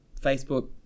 Facebook